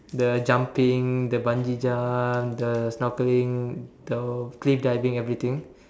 then jumping the Bungee jump the snorkeling the cliff diving and everything